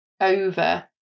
over